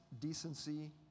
decency